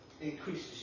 increases